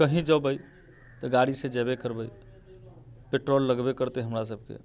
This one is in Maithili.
कहींँ जयबै गाड़ी से जयबे करबै पेट्रोल लगबे करतै हमरासबके